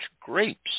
grapes